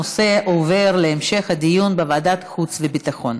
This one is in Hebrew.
הנושא עובר להמשך דיון בוועדת החוץ והביטחון.